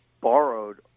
borrowed